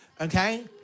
okay